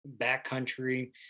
backcountry